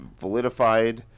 validified